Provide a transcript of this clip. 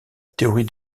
théorie